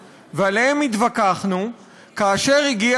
ואדי-ג'וז.